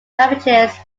damages